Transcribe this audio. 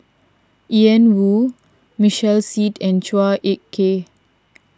Ian Woo Michael Seet and Chua Ek Kay